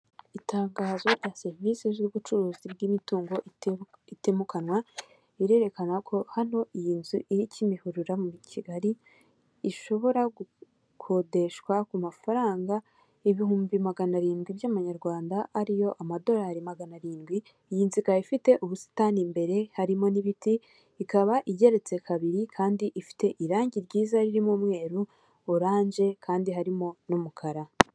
Itangazo na serivisi z'ubucuruzi bw'imitungo itimukanwa, irerekana ko hano iyi nzu iri kimihurura muri Kigali ishobora gukodeshwa ku mafaranga ibihumbi magana arindwi by'amanyarwanda ariyo amadolari magana arindwi, iyi nzu ikaba ifite ubusitani imbere harimo n'ibiti ikaba igeretse kabiri kandi ifite irangi ryiza ririmo umweru oranje kandi harimo n'umukara.